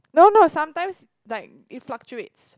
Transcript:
no no sometimes like it fluctuates